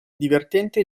divertente